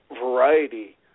variety